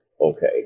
okay